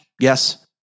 Yes